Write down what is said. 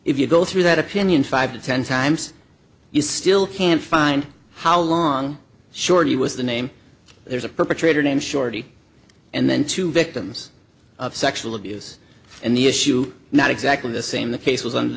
if you go through that opinion five to ten times you still can't find how long shorty was the name there's a perpetrator named shorty and then two victims of sexual abuse and the issue not exactly the same the case was